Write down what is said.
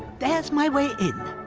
there's my way in.